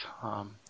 Tom